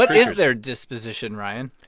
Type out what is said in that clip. but is their disposition, ryan?